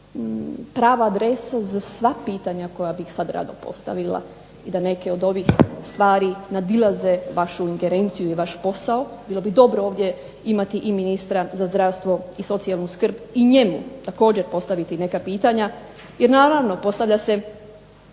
prava adresa za sva pitanja koja bi sada rado postavila i da neke od ovih stvari nadilaze vašu ingerenciju i vaš posao. Bilo bi dobro ovdje imati i ministra za zdravstvo i socijalnu skrb i njemu također postaviti neka pitanja, jer naravno postavlja se